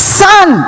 son